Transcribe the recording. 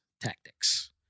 tactics